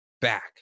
back